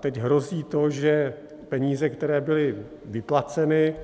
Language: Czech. Teď hrozí to, že peníze, které byly vyplaceny